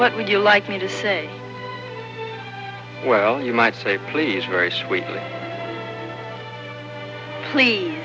what would you like me to say well you might say please very sweet plea